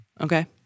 Okay